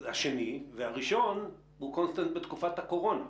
והראשון הוא constant בתקופת הקורונה.